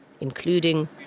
including